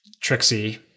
Trixie